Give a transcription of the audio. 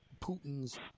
Putin's